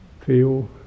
feel